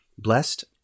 Blessed